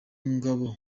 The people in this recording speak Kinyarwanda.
ngabo